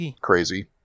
crazy